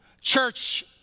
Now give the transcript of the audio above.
Church